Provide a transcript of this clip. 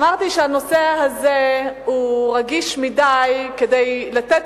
אמרתי שהנושא הזה הוא רגיש מכדי לתת